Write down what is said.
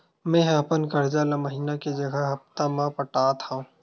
मेंहा अपन कर्जा ला महीना के जगह हप्ता मा पटात हव